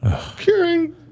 Curing